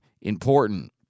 important